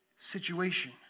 situation